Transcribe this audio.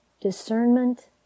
discernment